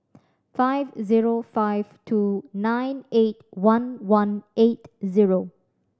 five zero five two nine eight one one eight zero